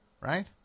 Right